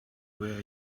way